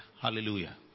hallelujah